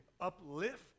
uplift